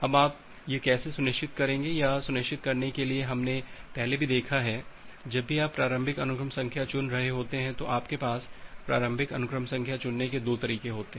अब आप यह कैसे सुनिश्चित करेंगे यह सुनिश्चित करने के लिए कि हमने पहले भी देखा है जब भी आप प्रारंभिक अनुक्रम संख्या चुन रहे हैं तो आपके पास प्रारंभिक अनुक्रम संख्या चुनने के 2 तरीके हैं